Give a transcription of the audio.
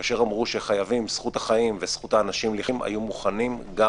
כאשר אמרו שזכות החיים --- אם היו מוכנים גם